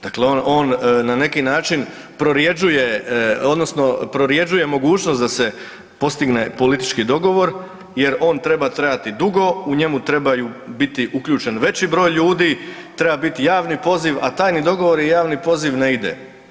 Dakle, on na neki način prorjeđuje, odnosno prorjeđuje mogućnost da se postigne politički dogovor jer ona treba trajati dugo, u njemu trebaju biti uključen veći broj ljudi, treba biti javni poziv, a tajni dogovor i javni poziv ne ide.